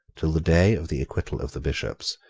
till the day of the acquittal of the bishops,